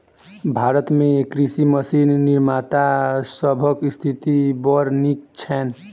भारत मे कृषि मशीन निर्माता सभक स्थिति बड़ नीक छैन